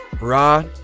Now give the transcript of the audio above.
Raw